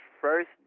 first